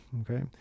okay